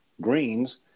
greens